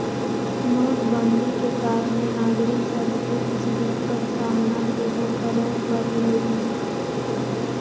नोटबन्दि के कारणे नागरिक सभके के कुछ दिक्कत सामना सेहो करए परलइ